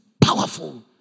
powerful